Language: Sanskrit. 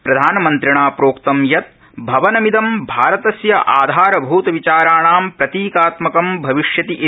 प्रधानमन्त्रिणा प्रोक्तं यत् भवनमिदं भारतस्य आधारभूतविचाराणां प्रतीकात्मकं भविष्यति इति